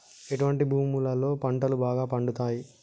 ఎటువంటి భూములలో పంటలు బాగా పండుతయ్?